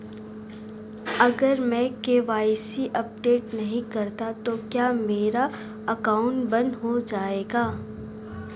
अगर मैं KYC update नहीं करता तो क्या मेरा अकाउंट बंद हो जाएगा?